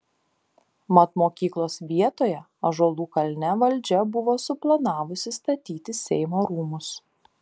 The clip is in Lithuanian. mat mokyklos vietoje ąžuolų kalne valdžia buvo suplanavusi statyti seimo rūmus